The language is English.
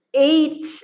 Eight